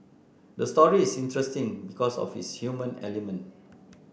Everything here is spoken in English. the story is interesting because of its human element